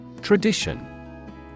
Tradition